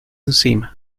encima